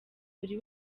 buri